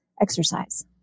exercise